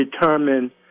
determine